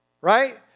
right